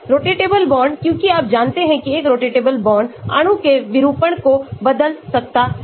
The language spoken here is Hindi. रोटेटेबल बॉन्ड क्योंकि आप जानते हैं कि एक रोटेटेबल बॉन्ड अणु के विरूपण को बदल सकता है